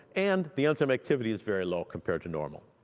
and the enzyme activity is very low compared to normal.